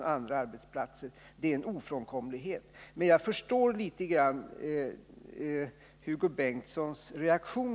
Sådana regler är ofrånkomliga. Jag förstår Hugo Bengtssons reaktion.